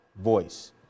voice